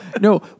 No